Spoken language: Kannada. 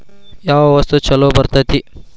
ಯಾವ ವಸ್ತು ಛಲೋ ಬರ್ತೇತಿ?